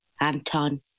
Anton